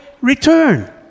return